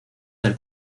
del